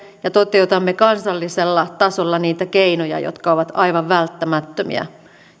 ja toteutamme kansallisella tasolla niitä keinoja jotka ovat aivan välttämättömiä